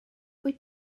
wyt